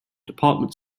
department